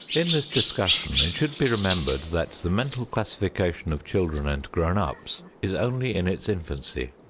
in this discussion it should be remembered that the mental classification of children and grown-ups is only in its infancy,